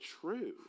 true